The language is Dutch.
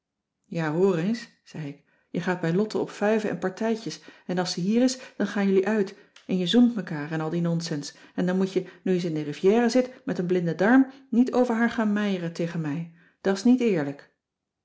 hoor eens zei ik jij gaat bij lotte op fuiven en partijtjes en als ze hier is dan gaan jullie uit en je zoent mekaar en al die nonsens en dan moet je nu ze in de riviera zit met een blinde darm niet over haar gaan meieren tegen mij da's niet eerlijk